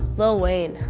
little wayne.